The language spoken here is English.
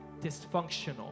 dysfunctional